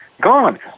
Gone